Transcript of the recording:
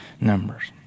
numbers